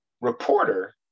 reporter